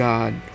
God